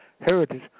heritage